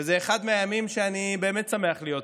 וזה אחד מהימים שאני באמת שמח להיות פה,